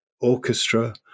orchestra